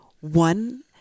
one